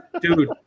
dude